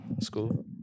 school